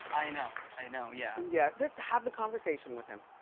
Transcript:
i know, i know yeah. yeah, just have the conversation with him.